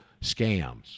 scams